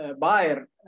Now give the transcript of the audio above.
buyer